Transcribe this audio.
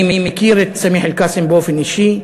אני מכיר את סמיח אלקאסם באופן אישי,